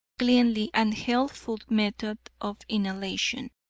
cleanly and healthful method of inhalation.